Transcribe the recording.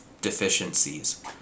deficiencies